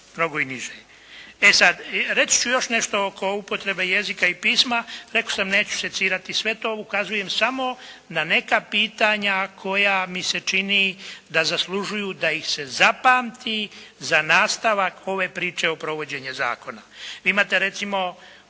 E sad. Reći ću još nešto oko upotrebe jezika i pisma. Rekao sam, neću …/Govornik se ne razumije./… sve to. Ukazujem samo na neka pitanja koja mi se čini da zaslužuju da ih se zapamti za nastavak ove priče o provođenju zakona.